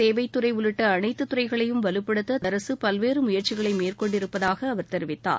சேவைத்துறை உள்ளிட்ட அனைத்து துறைகளையும் வலுப்படுத்த மத்திய அரசு பல்வேறு முயற்சிகளை மேற்கொண்டிருப்பதாக அவர் தெரிவித்தார்